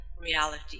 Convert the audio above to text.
reality